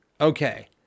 okay